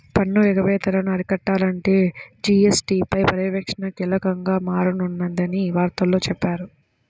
పన్ను ఎగవేతలను అరికట్టాలంటే జీ.ఎస్.టీ పై పర్యవేక్షణ కీలకంగా మారనుందని వార్తల్లో చెప్పారు